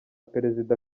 perezida